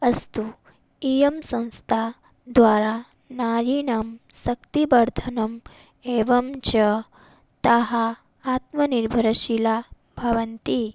अस्तु इयं संस्था द्वारा नारीणां शक्तिवर्धनम् एवं च ताः आत्मनिर्भरशीलाः भवन्ति